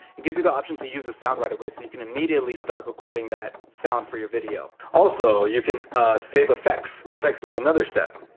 it gives you the option to use the sound right away so you can immediately start recording that sound for your video. also, you can save effects. effects is another step.